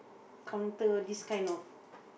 counter this kind of